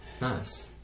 Nice